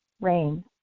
rain